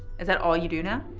is that all you do now?